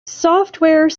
software